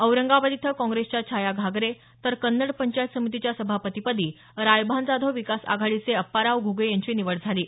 औरंगाबाद इथं काँग्रेसच्या छाया घागरे तर कन्नड पंचायत समितीच्या सभापती पदी रायभान जाधव विकास आघाडीचे आप्पाराव घ्गे यांची निवड झाली आहे